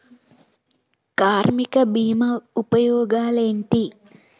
కార్మిక బీమా ఉపయోగాలేంటి?